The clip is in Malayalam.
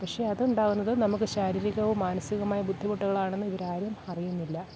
പക്ഷെ അതുണ്ടാകുന്നത് നമുക്ക് ശാരീരികവും മാനസികവുമായ ബുദ്ധിമുട്ടുകളാണെന്ന് ഇവര് ആരും അറിയുന്നില്ല